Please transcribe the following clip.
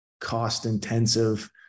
cost-intensive